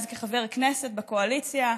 אז כחבר כנסת בקואליציה,